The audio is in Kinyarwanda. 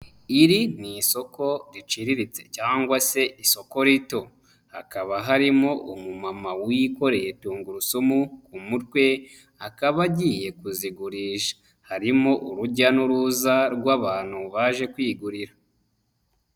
Iri ni isoko riciriritse cyangwa se isoko rito, hakaba harimo umumama wikoreye tungurusumu ku mutwe akaba agiye kuzigurisha, harimo urujya n'uruza rw'abantu baje kwigurira.